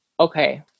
Okay